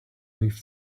leafed